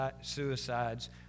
suicides